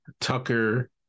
Tucker